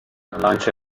lance